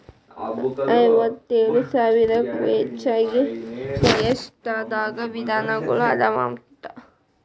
ಐವತ್ತೇಳು ಸಾವಿರಕ್ಕೂ ಹೆಚಗಿ ಒಯಸ್ಟರ್ ದಾಗ ವಿಧಗಳು ಅದಾವಂತ